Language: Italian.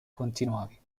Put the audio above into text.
continuavi